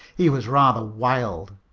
he was rather wild,